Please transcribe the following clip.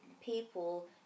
people